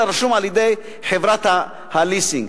אלא רשום על-ידי חברת הליסינג.